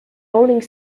rolling